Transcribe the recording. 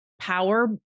power